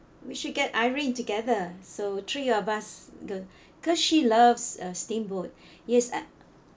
we should get irene together so three of us go cause she loves uh steamboat yes uh